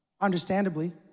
Understandably